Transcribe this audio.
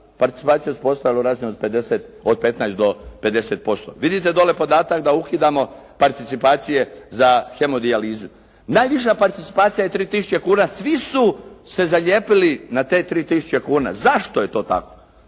participacija … /Ne razumije se./ … od 15 do 50%. Vidite dole podatak da ukidamo participacije za hemodijalizu. Najviša participacija je 3 tisuće kuna. Svi su se zalijepili na te 3 tisuće kuna. Zašto je to tako?